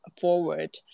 forward